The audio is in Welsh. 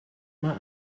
mae